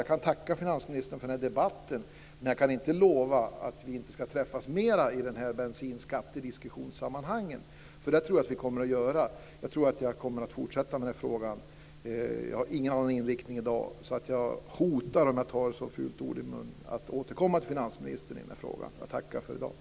Jag kan tacka finansministern för den här debatten, men jag kan inte lova att vi inte träffas mer i de här sammanhangen, i bensinskattediskussionen. Det tror jag att vi kommer att göra. Jag tror att jag kommer att fortsätta med den här frågan. Jag har ingen annan inriktning i dag. Jag "hotar", om jag tar ett så fult ord i min mun, att återkomma till finansministern i den här frågan. Jag tackar för i dag.